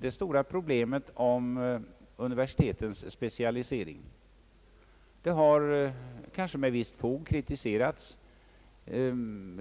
det stora problemet om universitetens specialisering. Den har kanske med visst fog kritiserats.